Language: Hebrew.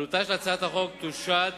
עלותה של הצעת החוק תושת